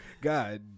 God